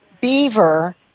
Beaver